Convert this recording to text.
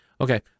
okay